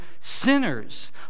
sinners